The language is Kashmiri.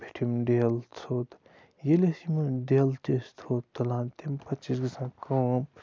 پیٚٹھِم دٮ۪ل ژھیوٚد ییٚلہِ أسۍ یِمَن دٮ۪ل تہِ أسۍ تھوٚد تُلان تمہِ پَتہٕ چھِ اَسہِ گژھان کٲم